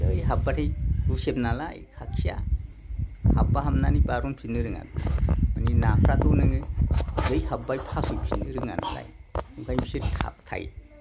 जै हाब्बाथाय गुसेब नालाय खाखिया हाबा हाबनानै बारनफिननो रोङा बियो मानि नाफ्राथ' नोङो जै हाबबाय फासयफिननो रोङा नालाय ओंखायनो फिसोर थाबथायो